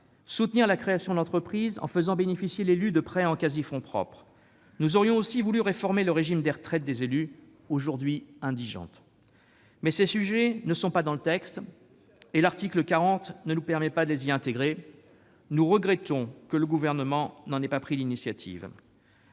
soutienne la création d'entreprise, en faisant bénéficier l'élu de prêts en quasi-fonds propres. Nous aurions aussi voulu réformer le régime de retraite des élus, alors que celle-ci est, aujourd'hui, indigente. Ces sujets ne figurent pas dans le texte, et l'article 40 de la Constitution ne nous permet pas de les y intégrer. Nous regrettons que le Gouvernement n'en ait pas pris l'initiative.